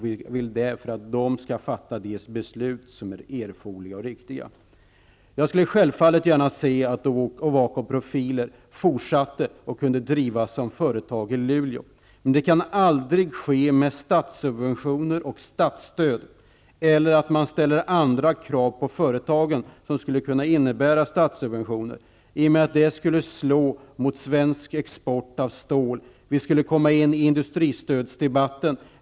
Vi vill därför att de skall fatta de beslut som är erforderliga och riktiga. Jag skulle självfallet gärna se att Ovako Profiler kunde fortsätta att drivas som företag i Luleå. Men det kan aldrig ske med statssubventioner och statsstöd eller genom att man ställer andra krav på företaget som skulle kunna innebära statssubventioner. Det skulle slå mot svensk export av stål. Vi skulle hamna i en industristödsdebatt.